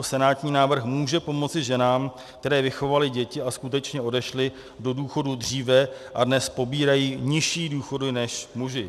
Senátní návrh může pomoci ženám, které vychovaly děti a skutečně odešly do důchodu dříve a dnes pobírají nižší důchody než muži.